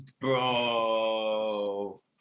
bro